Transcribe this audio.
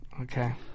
Okay